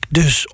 dus